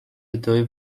ادعای